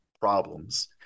problems